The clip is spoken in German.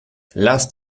lasst